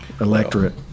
electorate